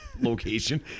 location